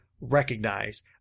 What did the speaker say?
recognize